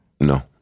No